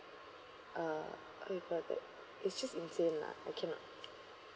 uh what you call that it's just insane lah I cannot